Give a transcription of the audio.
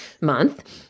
month